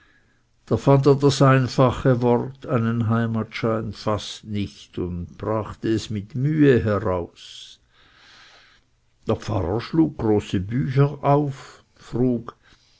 fand er das einfache wort einen heimatschein fast nicht und brachte es mit mühe heraus der pfarrer schlug große bücher auf frug